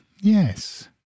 yes